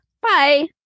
Bye